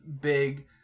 big